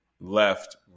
Left